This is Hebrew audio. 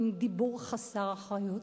מין דיבור חסר אחריות.